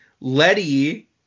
Letty